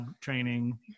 training